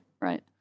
Right